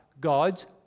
God's